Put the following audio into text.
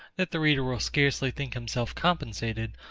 that the reader will scarcely think himself compensated,